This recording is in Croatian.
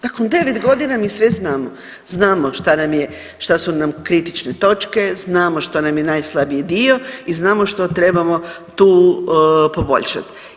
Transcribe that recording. Nakon 9 godina mi sve znamo, znamo šta su nam kritične točke, znamo što nam je najslabiji dio i znamo što trebamo tu poboljšat.